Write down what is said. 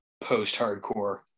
post-hardcore